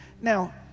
Now